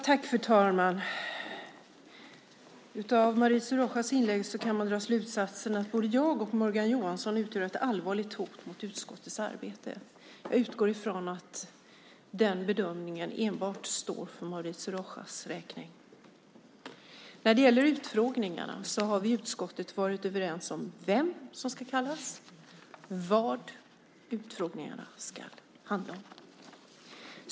Fru talman! Av Mauricio Rojas inlägg kan man dra slutsatsen att både jag och Morgan Johansson utgör allvarliga hot mot utskottets arbete. Jag utgår från att den bedömningen enbart står för Mauricio Rojas. När det gäller utfrågningarna har vi i utskottet varit överens om vem som ska kallas och vad utfrågningarna ska handla om.